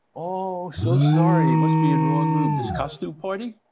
oh, so sorry. must be in wrong room. this costume party?